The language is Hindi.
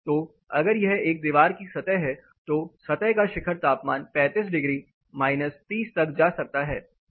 तो अगर यह एक दीवार की सतह है तो सतह का शिखर तापमान 35 डिग्री माइनस 30 तक जा सकता है